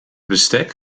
bestek